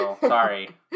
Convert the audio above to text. Sorry